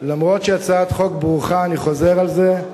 אף-על-פי שהיא הצעת חוק ברוכה, אני חוזר על זה,